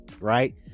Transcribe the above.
right